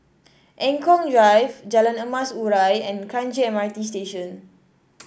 Eng Kong Drive Jalan Emas Urai and Kranji M R T Station